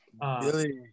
Billy